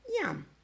Yum